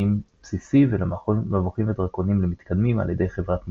בסיסי ולמבוכים ודרקונים למתקדמים על-ידי חברת מיצוב.